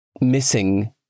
missing